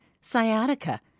sciatica